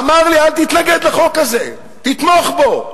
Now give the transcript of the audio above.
אמר לי: אל תתנגד לחוק הזה, תתמוך בו.